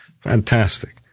Fantastic